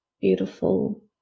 beautiful